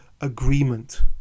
agreement